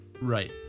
Right